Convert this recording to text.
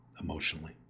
emotionally